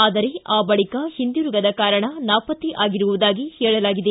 ಆದರೆ ಆ ಬಳಿಕ ಹಿಂದಿರುಗದ ಕಾರಣ ನಾಪತ್ತೆ ಆಗಿರುವುದಾಗಿ ಹೇಳಲಾಗಿದೆ